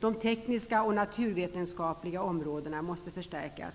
De tekniska och naturvetenskapliga områdena måste förstärkas.